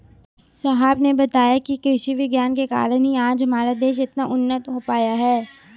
साहब ने बताया कि कृषि विज्ञान के कारण ही आज हमारा देश इतना उन्नत हो पाया है